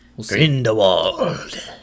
Grindelwald